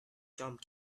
jump